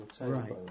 Right